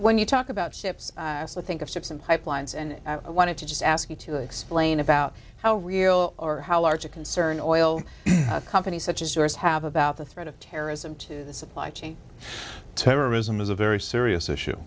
when you talk about ships i think it's different pipelines and i wanted to just ask you to explain about how real are how large a concern oil companies such as yours have about the threat of terrorism to the supply chain terrorism is a very serious issue